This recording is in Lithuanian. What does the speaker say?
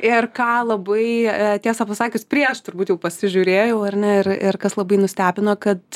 ir ką labai tiesą pasakius prieš turbūt jau pasižiūrėjau ar ne ir kas labai nustebino kad